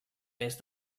més